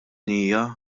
hija